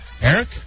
Eric